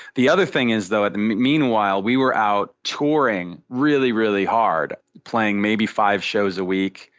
the other thing is, though, meanwhile we were out touring really really hard, playing maybe five shows a week,